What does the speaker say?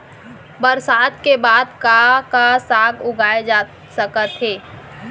बरसात के बाद का का साग उगाए जाथे सकत हे?